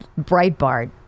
Breitbart